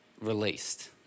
released